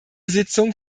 sitzung